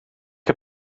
heb